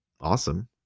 awesome